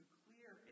clear